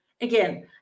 Again